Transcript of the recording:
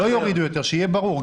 לא יורידו יותר, שיהיה ברור.